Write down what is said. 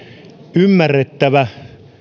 ymmärrettävä